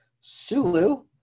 Sulu